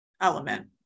element